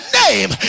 name